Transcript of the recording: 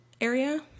area